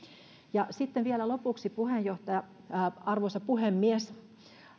sitten vielä lopuksi arvoisa puhemies